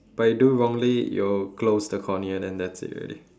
but if you do wrongly you'll close the cornea then that's it already